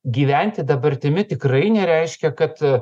gyventi dabartimi tikrai nereiškia kad